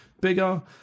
bigger